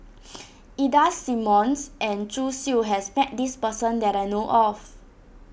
Ida Simmons and Zhu Xu has met this person that I know of